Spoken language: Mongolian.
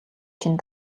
чинь